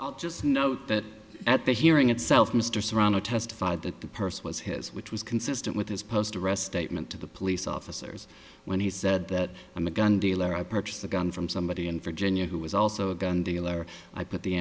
i'll just note that at the hearing itself mr serrano testified that the purse was his which was consistent with his post arrest statement to the police officers when he said that i'm a gun dealer i purchased the gun from somebody in virginia who was also a gun dealer i put the